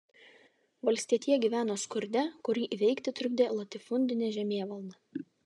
valstietija gyveno skurde kurį įveikti trukdė latifundinė žemėvalda